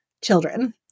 children